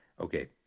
Okay